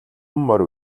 морь